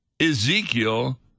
Ezekiel